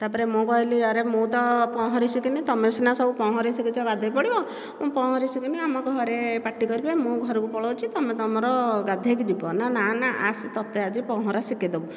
ତାପରେ ମୁଁ କହିଲି ଆରେ ମୁଁ ତ ପହଁରି ଶିଖିନି ତୁମେ ସିନା ସବୁ ପହଁରି ଶିଖିଛ ଗାଧୋଇ ପଡ଼ିବ ମୁଁ ପହଁରି ଶିଖିନି ଆମ ଘରେ ପାଟି କରିବେ ମୁଁ ଘରକୁ ପଳଉଛି ତୁମେ ତୁମର ଗାଧୋଇକି ଯିବ ନାଁ ନାଁ ଆସେ ତୋତେ ଆଜି ପହଁରା ଶିଖେଇଦେବୁ